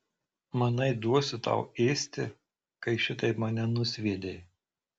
manai duosiu tau ėsti kai šitaip mane nusviedei